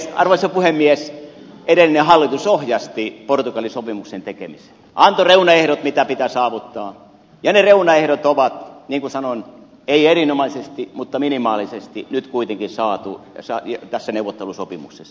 mutta arvoisa puhemies edellinen hallitus ohjasti portugali sopimuksen tekemiseen antoi reunaehdot mitä pitää saavuttaa ja ne reunaehdot on niin kuin sanon ei erinomaisesti mutta minimaalisesti nyt kuitenkin saatu tässä neuvottelusopimuksessa